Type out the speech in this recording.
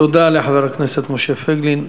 תודה לחבר הכנסת משה פייגלין.